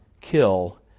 kill